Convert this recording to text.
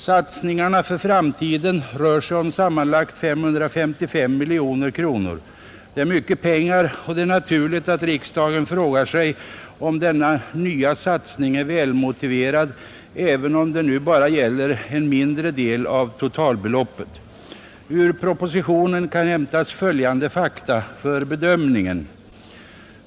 Satsningarna för framtiden rör sig om sammanlagt 555 miljoner kronor, Det är mycket pengar, och det är naturligt att riksdagen frågar sig om denna nya satsning är välmotiverad, även om det nu bara gäller en mindre del av totalbeloppet. Ur propositionen kan hämtas följande fakta för bedömningen.